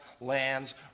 lands